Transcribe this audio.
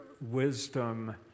wisdom